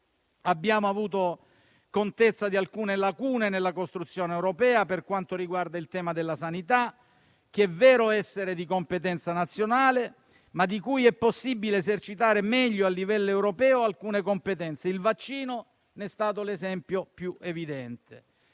Abbiamo avuto contezza di alcune lacune nella costruzione europea per quanto riguarda il tema della sanità, che è vero essere di competenza nazionale, ma di cui è possibile esercitare meglio a livello europeo alcune competenze. Il vaccino ne è stato l'esempio più evidente.